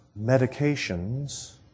medications